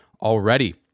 already